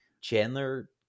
Chandler